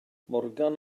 morgan